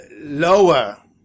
lower